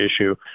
issue